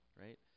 Right